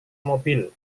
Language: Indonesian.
mobil